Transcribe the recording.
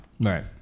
Right